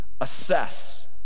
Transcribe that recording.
assess